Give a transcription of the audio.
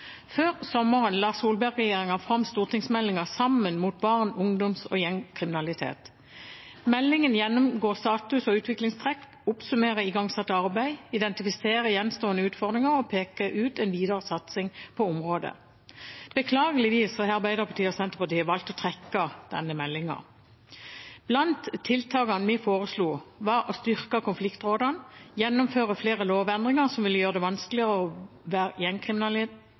Før sommeren la Solberg-regjeringen fram stortingsmeldingen Sammen mot barne-, ungdoms- og gjengkriminalitet. Meldingen gjennomgår status og utviklingstrekk, oppsummerer igangsatt arbeid, identifiserer gjenstående utfordringer og peker ut en videre satsing på området. Beklageligvis har Arbeiderpartiet og Senterpartiet valgt å trekke denne meldingen. Blant tiltakene vi forslo, var å styrke konfliktrådene, gjennomføre flere lovendringer som vil gjøre det vanskeligere å